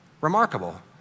Remarkable